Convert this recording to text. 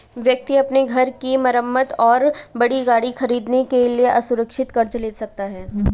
व्यक्ति अपने घर की मरम्मत और बड़ी गाड़ी खरीदने के लिए असुरक्षित कर्ज ले सकता है